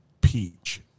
peach